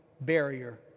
barrier